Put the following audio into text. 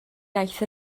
iaith